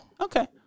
Okay